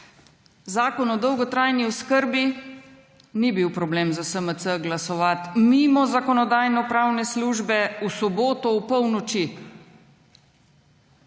Zakon o dolgotrajni oskrbi – ni bil problem za SMC glasovati mimo Zakonodajno-pravne službe, v soboto ob polnoči.